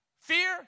fear